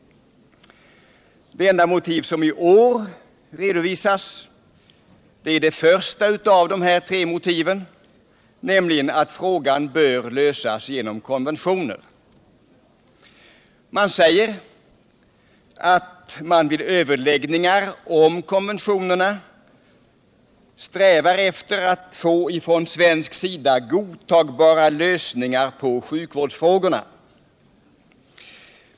Det enda motiv som redovisas i år är det första av de tre från i fjol, nämligen att frågan bör lösas genom konventioner. Utskottet säger att man vid överläggningar om konventionerna strävar efter att få från svensk sida godtagbara lösningar på sjukvårdsfrågorna.